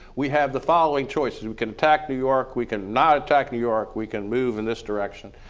we have the following choices, we can attack new york, we can not attack new york, we can move in this direction.